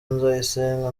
nzayisenga